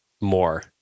more